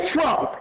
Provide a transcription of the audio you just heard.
Trump